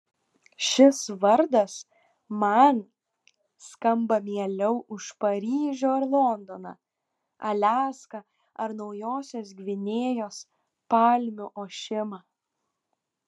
šis vardas man skamba mieliau už paryžių ar londoną aliaską ar naujosios gvinėjos palmių ošimą